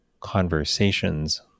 conversations